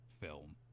film